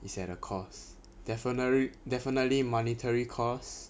it's at a cost definitely definitely monetary costs